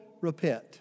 repent